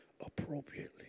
appropriately